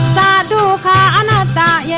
da da da da da yeah